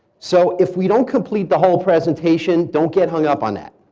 so if we don't complete the whole presentation, don't get hung up on that.